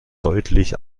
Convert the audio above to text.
deutlich